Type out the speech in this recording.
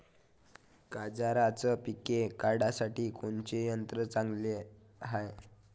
गांजराचं पिके काढासाठी कोनचे यंत्र चांगले हाय?